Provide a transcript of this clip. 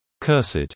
Cursed